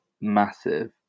massive